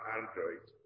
Android